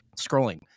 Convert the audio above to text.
scrolling